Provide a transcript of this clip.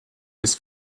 his